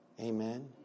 Amen